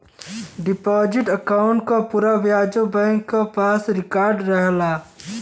deposit account क पूरा ब्यौरा बैंक के पास रिकार्ड रहला